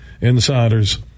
insiders